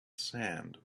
sand